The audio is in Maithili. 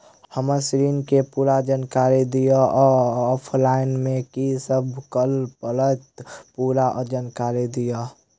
हम्मर ऋण केँ पूरा जानकारी दिय आ ऑफलाइन मे की सब करऽ पड़तै पूरा जानकारी दिय?